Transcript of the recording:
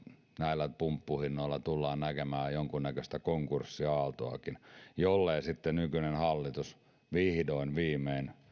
näillä pumppuhinnoilla tullaan näkemään jonkunnäköistä konkurssiaaltoakin jollei sitten nykyinen hallitus vihdoin viimein